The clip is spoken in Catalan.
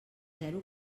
zero